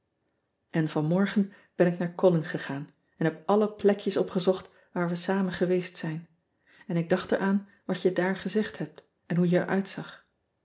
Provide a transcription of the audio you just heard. van morgen ben ik naar olin gegaan en heb alle plekjes opgezocht waar we samen geweest zijn en ik dacht eraan wat je daar gezegd hebt en hoe je er uitzag